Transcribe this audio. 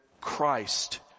Christ